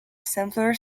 simpler